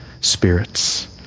spirits